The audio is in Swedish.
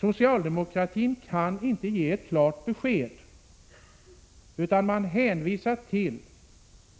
Socialdemokratin kan inte ge ett klart besked, utan man hänvisar